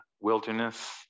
wilderness